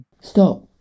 Stop